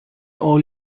all